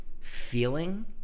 feeling